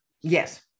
Yes